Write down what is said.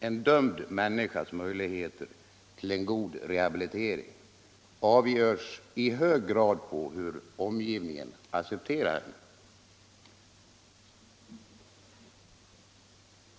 En dömd människas möjligheter till en god rehabilitering avgörs i hög grad av hur omgivningen accepterar henne.